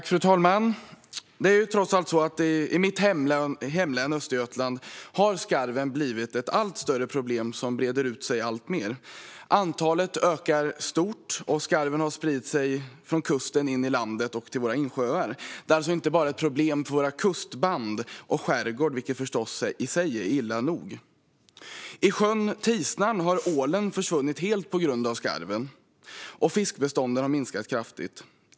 Fru talman! I mitt hemlän Östergötland har skarven blivit ett allt större problem som breder ut sig alltmer. Antalet ökar stort, och skarven har spritt sig från kusten in i landet och till våra insjöar. Det är alltså inte bara ett problem för vårt kustband och vår skärgård, vilket förstås i sig är illa nog. I sjön Tisnaren har ålen försvunnit helt på grund av skarven. Fiskbestånden har minskat kraftigt.